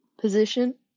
position